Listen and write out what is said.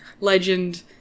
legend